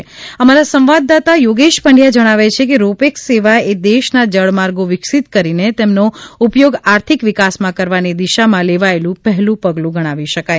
અમારા અમદાવાદના સંવાદદાતા યોગેશ પંડ્યા જણાવે છે કે રોપેક્ષ સેવા એ દેશના જળમાર્ગો વિકસીત કરીને તેમનો ઉપયોગ આર્થિક વિકાસમાં કરવાની દિશામાં લેવાયેલું પહેલું પગલું ગણાવી શકાય